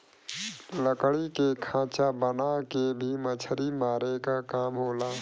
लकड़ी के खांचा बना के भी मछरी मारे क काम होला